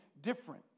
different